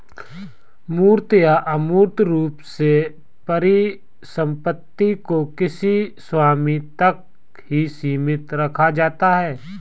मूर्त या अमूर्त रूप से परिसम्पत्ति को किसी स्वामी तक ही सीमित रखा जाता है